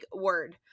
word